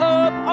up